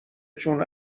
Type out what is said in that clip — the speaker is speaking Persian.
چون